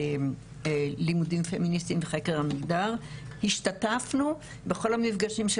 ללימודים פמיניסטיים וחקר המגדר השתתפנו בכל המפגשים של